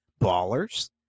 Ballers